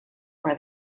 where